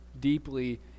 deeply